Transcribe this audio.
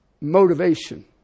Motivation